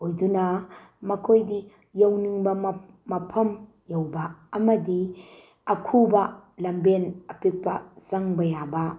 ꯑꯣꯏꯗꯨꯅ ꯃꯈꯣꯏꯗꯤ ꯌꯧꯅꯤꯡꯅꯕ ꯃꯐꯝ ꯌꯧꯕ ꯑꯃꯗꯤ ꯑꯈꯨꯕ ꯂꯝꯕꯦꯟ ꯑꯄꯤꯛꯄ ꯆꯪꯕ ꯌꯥꯕ